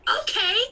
okay